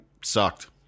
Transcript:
Sucked